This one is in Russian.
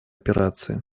операции